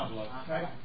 okay